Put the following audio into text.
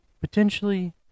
potentially